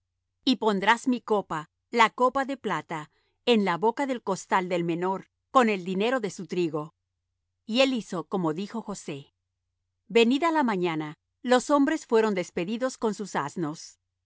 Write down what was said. y pondrás mi copa la copa de plata en la boca del costal del menor con el dinero de su trigo y él hizo como dijo josé venida la mañana los hombres fueron despedidos con sus asnos